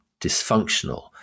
dysfunctional